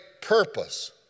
purpose